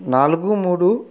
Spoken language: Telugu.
నాలుగు మూడు